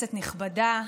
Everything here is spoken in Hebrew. כנסת נכבדה,